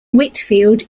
whitfield